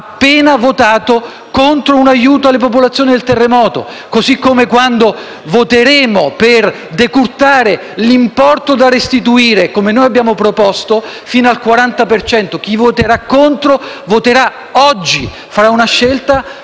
appena votato contro un aiuto alle popolazioni del terremoto. Allo stesso modo, quando voteremo per decurtare l'importo da restituire - come noi abbiamo proposto - fino al 40 per cento, chi voterà contro farà oggi una scelta